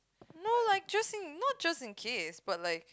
no like not just like gifts but like